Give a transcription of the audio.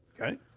Okay